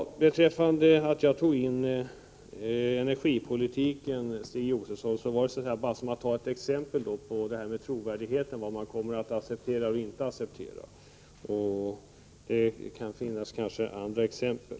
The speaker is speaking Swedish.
Anledningen till att jag drog in energipolitiken i debatten, Stig Josefson, var att jag ville ge ett exempel på trovärdigheten, vad som kommer att accepteras och inte accepteras. Det kan också finnas andra exempel.